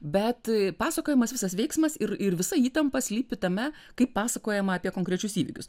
bet pasakojimas visas veiksmas ir ir visa įtampa slypi tame kaip pasakojama apie konkrečius įvykius